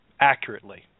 accurately